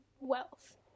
wealth